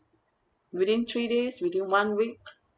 within three days within one week